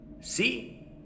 See